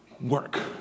work